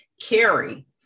carry